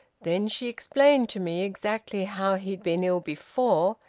then she explained to me exactly how he'd been ill before,